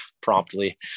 promptly